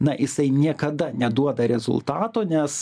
na jisai niekada neduoda rezultato nes